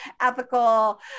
ethical